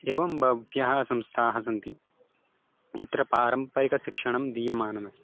एवं बह्व्यः संस्थाः सन्ति यत्र पारम्परिकशिक्षणं दीयमानमस्ति